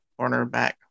cornerback